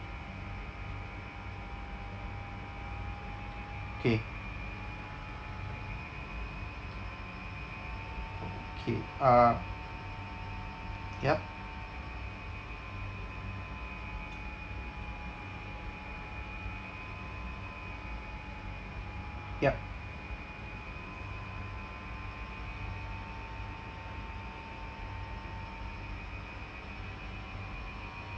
K okay uh yup yup